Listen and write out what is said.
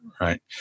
right